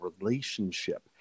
relationship